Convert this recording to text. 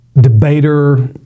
debater